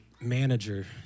manager